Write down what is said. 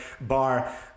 bar